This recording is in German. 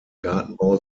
gartenbau